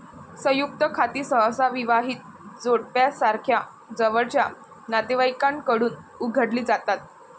संयुक्त खाती सहसा विवाहित जोडप्यासारख्या जवळच्या नातेवाईकांकडून उघडली जातात